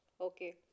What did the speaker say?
Okay